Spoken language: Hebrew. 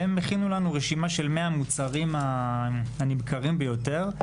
והם הכינו לנו רשימה של 100 המוצרים הנמכרים ביותר: